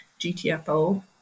GTFO